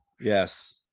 Yes